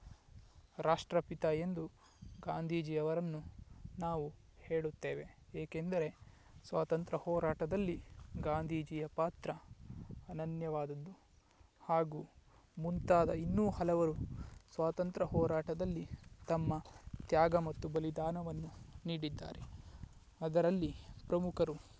ರಾಷ್ಟ್ರಪಿತ ಎಂದು ಗಾಂಧೀಜಿಯವರನ್ನು ನಾವು ಹೇಳುತ್ತೇವೆ ಏಕೆಂದರೆ ಸ್ವಾತಂತ್ರ್ಯ ಹೋರಾಟದಲ್ಲಿ ಗಾಂಧೀಜಿಯ ಪಾತ್ರ ಅನನ್ಯವಾದದ್ದು ಹಾಗೂ ಮುಂತಾದ ಇನ್ನೂ ಹಲವರು ಸ್ವಾತಂತ್ರ್ಯ ಹೋರಾಟದಲ್ಲಿ ತಮ್ಮ ತ್ಯಾಗ ಮತ್ತು ಬಲಿದಾನವನ್ನು ನೀಡಿದ್ದಾರೆ ಅದರಲ್ಲಿ ಪ್ರಮುಖರು